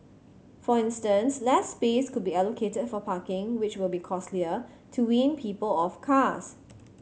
for instance less space could be allocated for parking which will be costlier to wean people off cars